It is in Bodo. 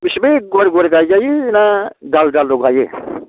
इसिबां गुवार गुवार गायजायो ना जाल जालल' गायो